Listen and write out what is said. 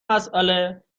مساله